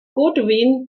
goodwin